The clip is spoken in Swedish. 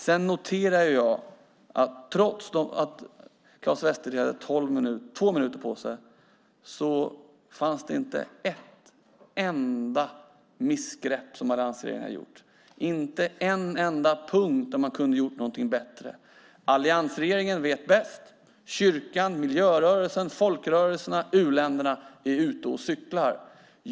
Jag noterar att trots att Claes Västerteg hade två minuter på sig fanns det inte ett enda missgrepp som alliansregeringen hade gjort, inte en enda punkt där man kunde ha gjort något bättre. Alliansregeringen vet bäst. Kyrkan, miljörörelsen, folkrörelserna, u-länderna är ute och cyklar.